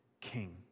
king